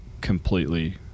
completely